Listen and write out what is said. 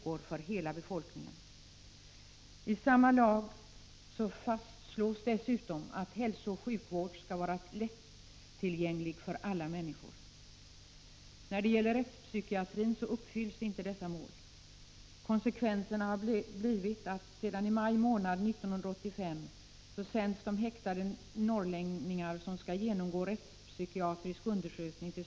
Det nya avtalet, som alltså var klart i början av 1985, har ännu ej godkänts av regeringen.